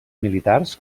militars